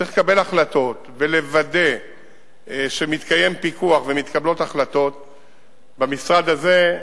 צריך לקבל החלטות ולוודא שמתקיים פיקוח ומתקבלות החלטות במשרד הזה,